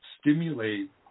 stimulate